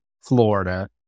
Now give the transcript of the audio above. Florida